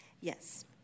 Yes